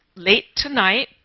late tonight,